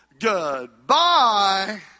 goodbye